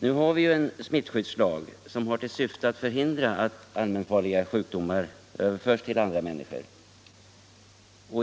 Nu har vi ju en smittskyddslag som har till syfte att förhindra att allmänfarliga sjukdomar överförs till andra människor.